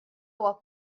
huwa